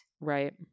Right